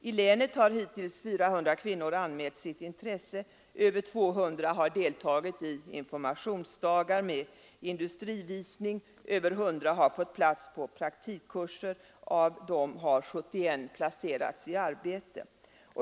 I länet har hittills 400 kvinnor anmält sitt intresse, över 200 har deltagit i informationsdagar med industrivisning, över 100 har fått plats på praktikkurser och av dem har 71 placerats i arbete.